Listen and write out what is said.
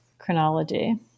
Chronology